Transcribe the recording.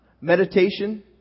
meditation